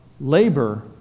labor